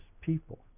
people